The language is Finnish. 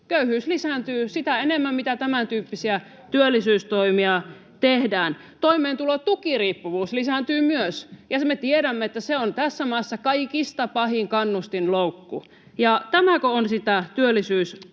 Köyhyys lisääntyy sitä enemmän, mitä enemmän tämäntyyppisiä työllisyystoimia tehdään. Myös toimeentulotukiriippuvuus lisääntyy, ja me tiedämme, että se on tässä maassa kaikista pahin kannustinloukku. Tämäkö on sitä työllisyyspolitiikkaa?